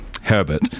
Herbert